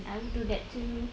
I will do that too